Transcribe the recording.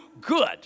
good